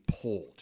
pulled